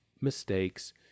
mistakes